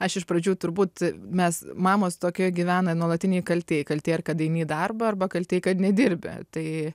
aš iš pradžių turbūt mes mamos tokioj gyvena nuolatinėj kaltėj kaltė ir kad eini į darbą arba kaltėj kad nedirbi tai